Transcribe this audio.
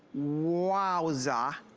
wowza.